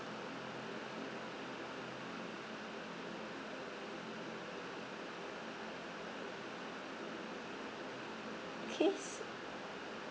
K s~